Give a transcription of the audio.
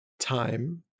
time